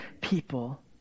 people